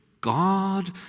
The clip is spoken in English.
God